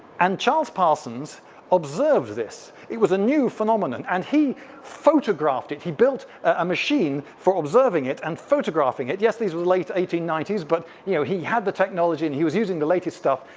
and charles parsons observed this, it was a new phenomenon, and he photographed it. he built a machine for observing it and photographing it. yes, these were late eighteen ninety s, but you know, he had the technology and he was using the latest stuff.